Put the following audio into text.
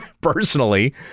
personally